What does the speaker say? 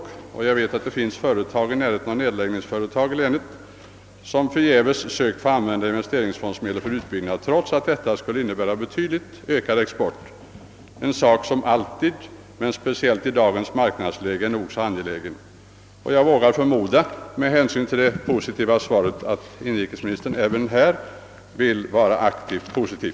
Jag vet att det i länet finns företag i närheten av nedläggningsföretag som förgäves sökt att få använda investeringsfondsmedel till utbyggnad, något som skulle ha inneburit en betydligt ökad export. Det är ju något som alltid och speciellt i dagens marknadsläge måste anses mycket angeläget. Med hänsyn till det positiva svaret vågar jag förutsätta att inrikesministern även i det fallet vill vara aktivt positiv.